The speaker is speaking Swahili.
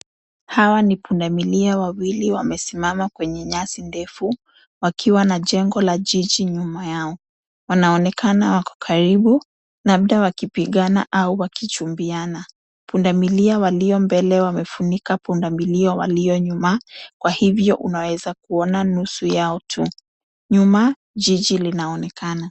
Hawa ni pundamilia wawili wamesimama kwenye nyasi ndefu, wakiwa na jengo la jiji nyuma yao. Wanaonekana wako karibu labda wakipigana au wakichumbiana. Pundamilia walio mbele wamefunika pundamilia walio nyuma kwa hivyo unaweza kuona nusu yao tu. Nyuma jiji linaonekana.